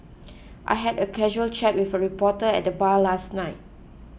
I had a casual chat with a reporter at the bar last night